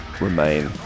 remain